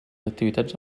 activitats